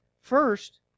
First